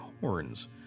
horns